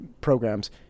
programs